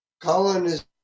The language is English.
Colonists